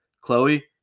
Chloe